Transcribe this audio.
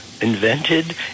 invented